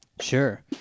sure